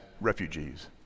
refugees